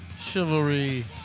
Chivalry